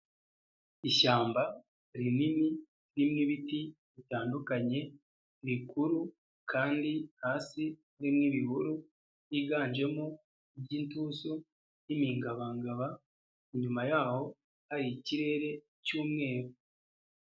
Ishyamba rinini ririmo bitandukanye bikuru, kandi hasi harimo ibihuru byiganjemo iby'inturusu n'imingabangagaba, inyuma yaho hari ikirere cy'umweru.